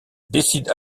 décide